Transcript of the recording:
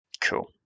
Cool